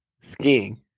Skiing